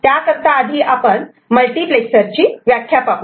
त्याकरता आपण मल्टिप्लेक्सर ची व्याख्या पाहू